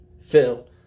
Phil